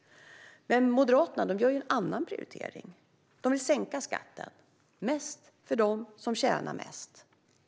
Moderaterna gör en annan prioritering. De vill sänka skatten mest för dem som tjänar mest.